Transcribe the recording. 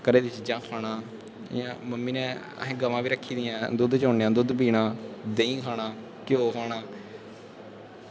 घरै दियां चीज़ां खाना मम्मी नै असें गवां बी रक्खी दियां दुद्ध चौना दुद्ध पीना देहीं खाना घिओ खाना